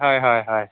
ᱦᱳᱭ ᱦᱳᱭ ᱦᱳᱭ